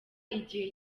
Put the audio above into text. igihe